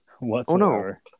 whatsoever